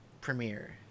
premiere